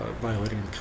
violating